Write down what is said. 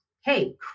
hey